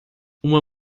uma